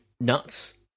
nuts